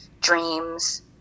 dreams